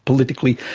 politically.